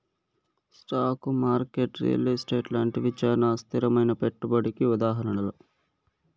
stock market real estate లాంటివి చానా అస్థిరమైనా పెట్టుబడికి ఉదాహరణలు